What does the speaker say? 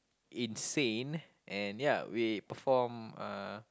insane and ya we perform uh